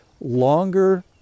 longer